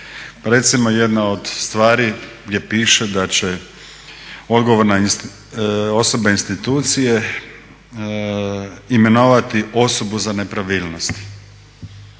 Recimo jedna od stvari gdje piše da će odgovorna osoba institucije imenovati osobu za nepravilnosti.